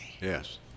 Yes